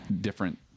different